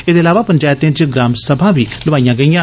एह्दे इलावा पंचैतें च ग्राम सभां बी लोआईयां गेईयां